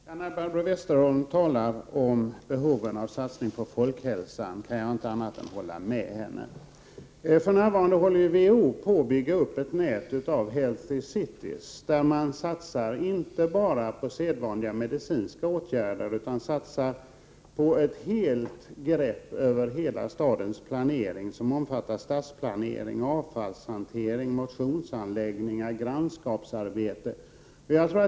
Herr talman! När Barbro Westerholm talar om behovet av en satsning på folkhälsan kan jag inte annat än hålla med henne. För närvarande håller WHO på att bygga upp ett nät av ”healthy cities”, där man inte bara satsar på sedvanliga medicinska åtgärder utan satsar på ett grepp över hela stadens planering, som omfattar stadsplanering, avfallshantering, motionsanläggningar och grannskapsarbete.